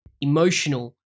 emotional